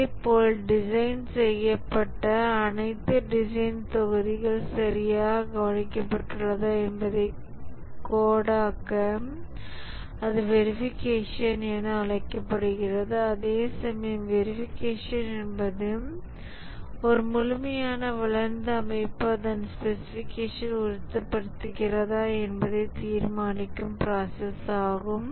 இதேபோல் டிசைன் செய்யப்பட்ட அனைத்து டிசைன் தொகுதிகள் சரியாக கவனிக்கப்பட்டுள்ளதா என்பதைக் கோட்டாக்க அது வெரிஃபிகேஷன் என அழைக்கப்படுகிறது அதேசமயம் வெரிஃபிகேஷன் என்பது ஒரு முழுமையான வளர்ந்த அமைப்பு அதன் ஸ்பெசிஃபிகேஷன் உறுதிப்படுத்துகிறதா என்பதை தீர்மானிக்கும் பிராசஸ் ஆகும்